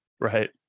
Right